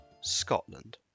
scotland